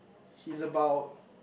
he's about